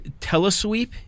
Telesweep